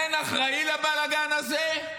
אין אחראי לבלגן הזה?